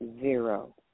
zero